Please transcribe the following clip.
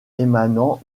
émanant